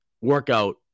workout